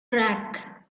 track